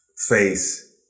face